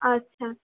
আচ্ছা